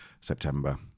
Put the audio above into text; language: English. September